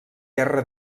guerra